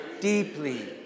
deeply